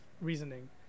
reasoning